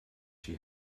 she